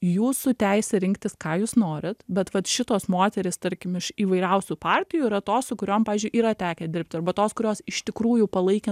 jūsų teisė rinktis ką jūs norit bet vat šitos moterys tarkim iš įvairiausių partijų yra tos su kuriom pavyzdžiui yra tekę dirbti arba tos kurios iš tikrųjų palaikė